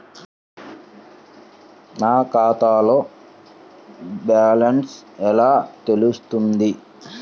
నా ఖాతాలో బ్యాలెన్స్ ఎలా తెలుస్తుంది?